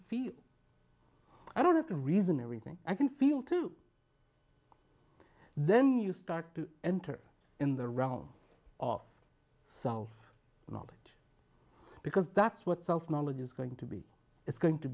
feel i don't have to reason everything i can feel to then you start to enter in the realm of self knowledge because that's what self knowledge is going to be it's going to